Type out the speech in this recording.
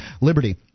liberty